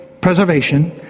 preservation